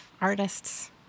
artists